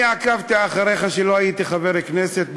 עקבתי אחריך כשלא הייתי חבר כנסת,